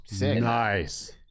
nice